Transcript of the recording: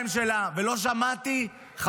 ------ נהיית עכשיו גם פרשן פוליטי.